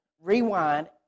rewind